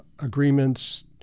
agreements